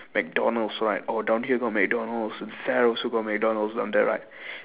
mcdonald's right oh down here got mcdonald's there also got mcdonald's down there right